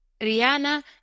Rihanna